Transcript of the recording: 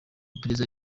iperereza